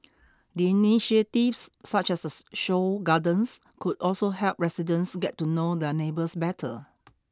the initiatives such as this show gardens could also help residents get to know their neighbours better